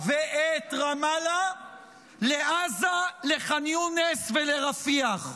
ואת רמאללה לעזה, לחאן יונס ולרפיח.